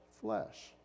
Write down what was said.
flesh